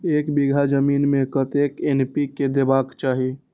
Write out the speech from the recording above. एक बिघा जमीन में कतेक एन.पी.के देबाक चाही?